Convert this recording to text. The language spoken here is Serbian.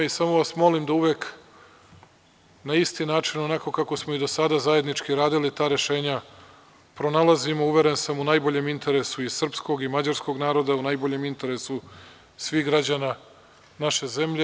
Samo vas molim da uvek na isti način, onako kako smo i do sada zajednički radili, ta rešenja pronalazimo, uveren sam, u najboljem interesu i srpskog i mađarskog naroda, u najboljem interesu svih građana naše zemlje.